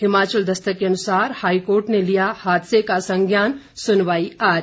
हिमाचल दस्तक के अनुसार हाईकोर्ट ने लिया हादसे का संज्ञान सुनवाई आज